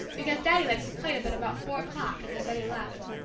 because daddy likes a plate of it about four o'clock, if there's any left.